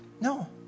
No